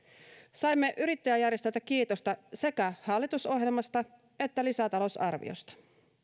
saimme yrittäjäjärjestöltä kiitosta sekä hallitusohjelmasta että lisätalousarviosta